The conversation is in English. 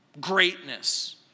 greatness